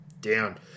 down